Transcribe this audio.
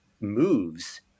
moves